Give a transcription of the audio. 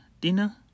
dinner